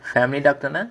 family doctor nah